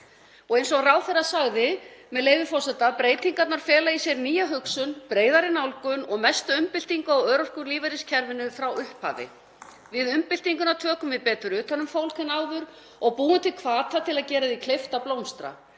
Eins og ráðherra sagði, með leyfi forseta: „Breytingarnar fela í sér nýja hugsun, breiðari nálgun, og mestu umbyltingu á örorkulífeyriskerfinu frá upphafi. Við umbyltinguna tökum við betur utan um fólk en áður og búum til hvata til að gera því kleift að blómstra.